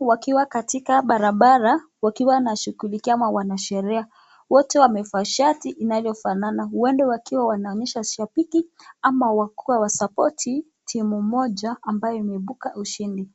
wakiwa katika barabara wakiwa wanashughulikia au washerea. Wote wamevaa shati inayofanana huenda wakiwa wanaonyesha shabiki ama wakuwe wana support timu moja ambayo imeibuka mshindi.